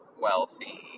wealthy